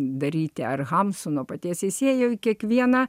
daryti ar hamsuno paties įsiliejo į kiekvieną